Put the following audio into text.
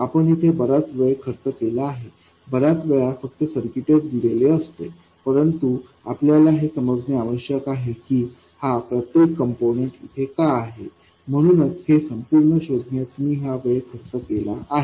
आपण इथे बराच वेळ खर्च केला आहे बर्याच वेळा फक्त सर्किट च दिलेले असते परंतु आपल्याला हे समजणे आवश्यक आहे की हा प्रत्येक कम्पोनन्ट इथे का आहे म्हणूनच हे संपूर्ण शोधण्यात मी हा वेळ खर्च केला आहे